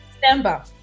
December